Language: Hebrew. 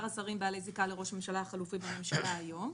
השרים בעלי הזיקה לראש הממשלה החלופי בממשלה היום.